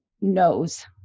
knows